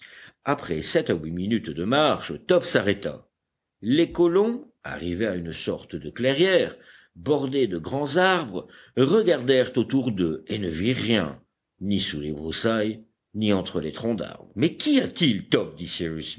après sept à huit minutes de marche top s'arrêta les colons arrivés à une sorte de clairière bordée de grands arbres regardèrent autour d'eux et ne virent rien ni sous les broussailles ni entre les troncs d'arbres mais qu'y a-t-il top dit